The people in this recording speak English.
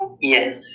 Yes